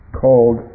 called